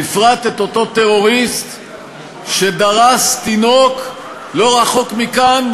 בפרט את אותו טרוריסט שדרס תינוק לא רחוק מכאן,